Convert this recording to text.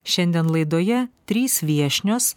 šiandien laidoje trys viešnios